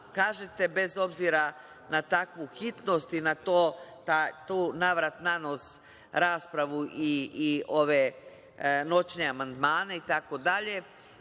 bez obzira na takvu hitnost i na tu navrat–nanos raspravu i ove noćne amandmane itd,